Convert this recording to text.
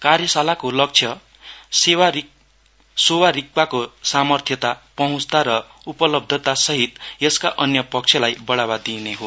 कार्यशालाको लक्ष्य सोवा रिकपाको सार्मथ्यता पहुँचता र उपलब्धतासहित यसका अन्य पक्षलाई बढावा दिने हो